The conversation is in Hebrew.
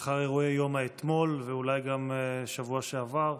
לאחר אירועי יום האתמול ואולי גם השבוע שעבר,